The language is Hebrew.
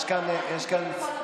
היא חדשה